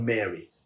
Mary